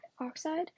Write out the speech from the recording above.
oxide